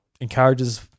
encourages